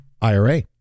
IRA